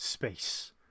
Space